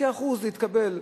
9% זה יתקבל.